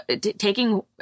taking